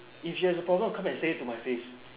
if she has a problem come and say it to my face